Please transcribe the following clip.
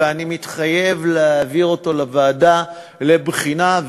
ואני מתחייב להעביר אותו לוועדה לבחינה,